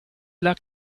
luck